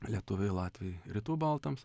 lietuviai latviai rytų baltams